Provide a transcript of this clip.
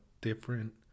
different